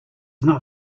not